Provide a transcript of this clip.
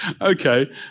Okay